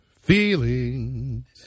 Feelings